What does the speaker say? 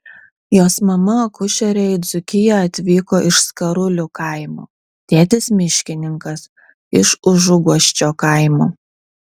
jos mama akušerė į dzūkiją atvyko iš skarulių kaimo tėtis miškininkas iš užuguosčio kaimo